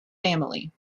family